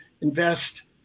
invest